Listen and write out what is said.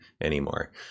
anymore